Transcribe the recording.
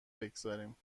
بگذاریم